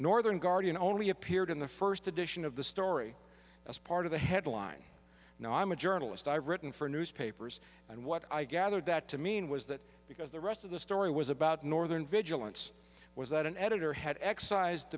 guardian only appeared in the first edition of the story as part of the headline no i'm a journalist i've written for newspapers and what i gathered that to mean was that because the rest of the story was about northern vigilance was that an editor had excised